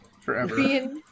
forever